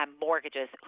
mortgages